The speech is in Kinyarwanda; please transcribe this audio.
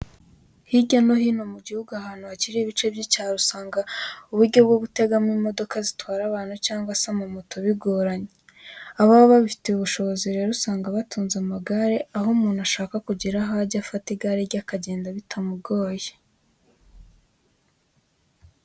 Hirya no hino mu gihugu ahantu hakiri ibice by'icyaro uba usanga uburyo bwo gutegamo imodoka zitwara abantu cyangwa se amamoto bigoranye, ababa babifitiye ubushobozi rero usanga batunze amagare aho umuntu ashaka kugira aho ajya afata igare rye akagenda bitamugoye.